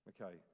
Okay